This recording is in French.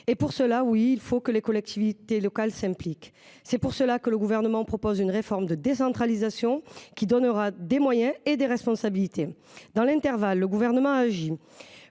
Et pour cela, oui, il faut que les collectivités locales s’impliquent. C’est pour cela que le Gouvernement proposera une réforme de décentralisation qui donnera des moyens et des responsabilités aux collectivités. Dans l’intervalle, le Gouvernement agit.